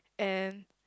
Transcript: and